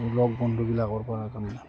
লগৰ বন্ধুবিলাকৰপৰা তাৰমানে